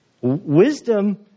Wisdom